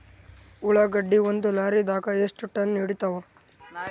ಉಳ್ಳಾಗಡ್ಡಿ ಒಂದ ಲಾರಿದಾಗ ಎಷ್ಟ ಟನ್ ಹಿಡಿತ್ತಾವ?